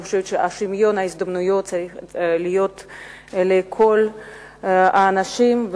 אני חושבת ששוויון ההזדמנויות צריך להיות לכל האנשים,